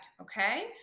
Okay